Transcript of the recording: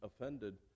offended